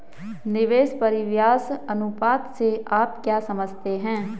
निवेश परिव्यास अनुपात से आप क्या समझते हैं?